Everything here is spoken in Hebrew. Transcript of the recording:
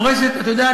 אתה יודע,